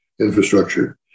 infrastructure